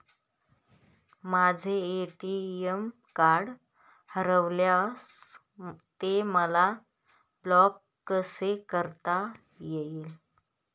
माझे ATM card हरविल्यास ते मला ब्लॉक कसे करता येईल?